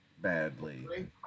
badly